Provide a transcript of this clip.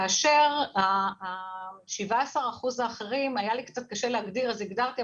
כאשר 17% האחרים היה לי קשה להגדיר אז הגדרתי,